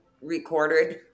recorded